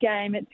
game